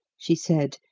she said,